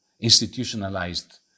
institutionalized